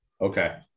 Okay